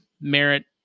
merit